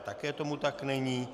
Také tomu tak není.